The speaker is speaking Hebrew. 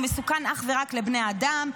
הוא מסוכן אך ורק לבעלי החיים,